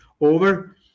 over